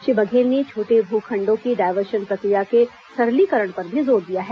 श्री बघेल ने छोटे भू खण्डों की डायवर्शन प्रक्रिया के सरलीकरण करने पर भी जोर दिया है